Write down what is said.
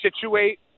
situate